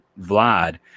Vlad